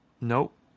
nope